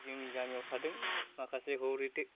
जोंनि जामियाव थादों माखासे हरै दो